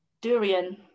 Durian